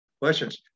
questions